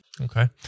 okay